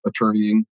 attorneying